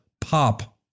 POP